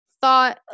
thought